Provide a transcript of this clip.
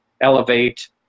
elevate